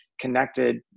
connected